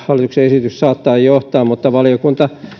hallituksen esitys saattaa johtaa mutta